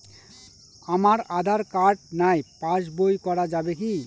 আমার আঁধার কার্ড নাই পাস বই করা যাবে কি?